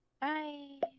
bye